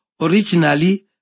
originally